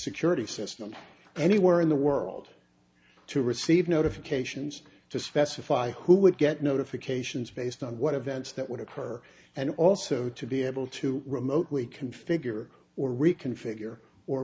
security system anywhere in the world to receive notifications to specify who would get notifications based on what events that would occur and also to be able to remote we configure or reconfigure or